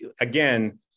again